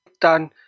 done